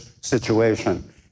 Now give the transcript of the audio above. situation